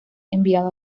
enviado